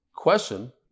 question